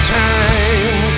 time